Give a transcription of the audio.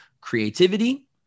creativity